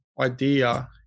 idea